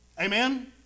Amen